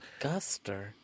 Guster